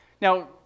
Now